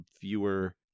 fewer